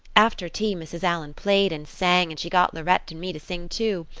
after tea mrs. allan played and sang and she got lauretta and me to sing too.